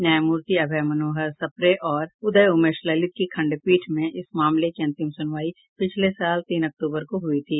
न्यायमूर्ति अभय मनोहर सप्रे और उदय उमेश ललित की खंडपीठ में इस मामले की अंतिम सुनवाई पिछले साल तीन अक्टूबर को हुई थी